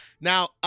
Now